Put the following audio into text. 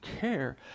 care